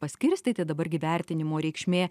paskirstyti dabar gi vertinimo reikšmė